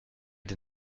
der